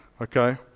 okay